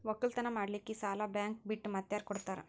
ಒಕ್ಕಲತನ ಮಾಡಲಿಕ್ಕಿ ಸಾಲಾ ಬ್ಯಾಂಕ ಬಿಟ್ಟ ಮಾತ್ಯಾರ ಕೊಡತಾರ?